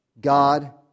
God